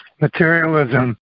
materialism